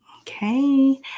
Okay